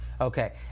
Okay